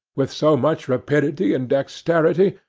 with so much rapidity and dexterity,